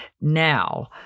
Now